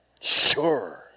sure